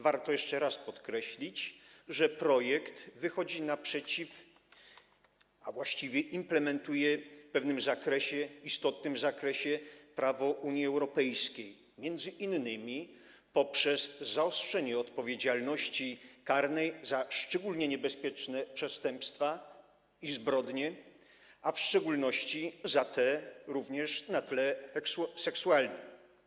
Warto jeszcze raz podkreślić, że projekt wychodzi naprzeciw, a właściwie implementuje w pewnym istotnym zakresie prawo Unii Europejskiej, m.in. przez zaostrzenie odpowiedzialności karnej za szczególnie niebezpieczne przestępstwa i zbrodnie, w szczególności te na tle seksualnym.